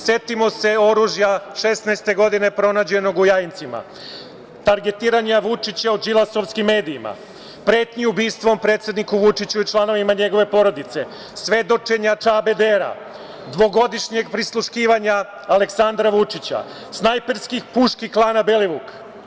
Setimo se oružja 2016. godine pronađenog u Jajincima, targetiranja Vučića u đilasovskim medijima, pretnji ubistvom predsedniku Vučiću i članovima njegove porodice, svedočenja Čabe Dera, dvogodišnjeg prisluškivanja Aleksandra Vučića, snajperskih puški klana Belivuk.